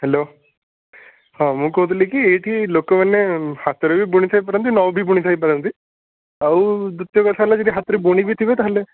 hello ହଁ ମୁଁ କହୁଥିଲି କି ଏଇଠି ଲୋକମାନେ ହାତରେ ବି ବୁଣି ଥାଇପାରନ୍ତି ନ ବି ବୁଣି ଥାଇପାରନ୍ତି ଆଉ ଦ୍ୱିତୀୟ କଥା ହେଲା ଯଦି ହାତରେ ବୁଣି ବି ଥିବେ ତା'ହେଲେ